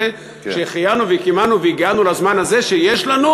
זה שהחיינו וקיימנו והגיענו לזמן הזה שיש לנו